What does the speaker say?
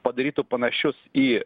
padarytų panašius į